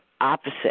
opposite